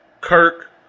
Kirk